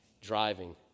driving